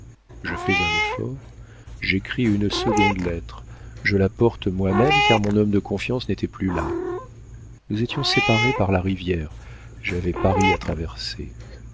je fais un effort j'écris une seconde lettre je la porte moi-même car mon homme de confiance n'était plus là nous étions séparés par la rivière j'avais paris à traverser